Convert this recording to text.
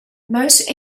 most